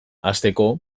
hasteko